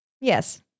Yes